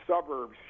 suburbs